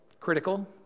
critical